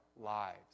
lives